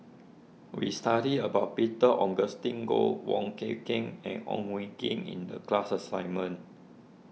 we studied about Peter Augustine Goh Wong Kin Ken and Ong Koh Ken in the class assignment